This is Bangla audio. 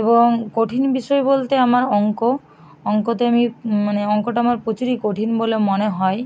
এবং কঠিন বিষয় বলতে আমার অঙ্ক অঙ্কতে আমি মানে অঙ্কটা আমার প্রচুরই কঠিন বলে মনে হয়